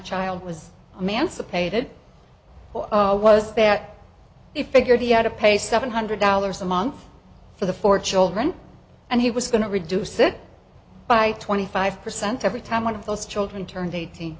pated or was that if figured he had to pay seven hundred dollars a month for the four children and he was going to reduce it by twenty five percent every time one of those children turned eighteen